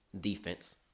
defense